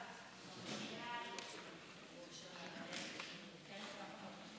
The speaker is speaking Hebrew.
בקריאה ראשונה.